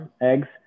eggs